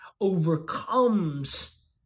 overcomes